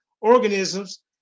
organisms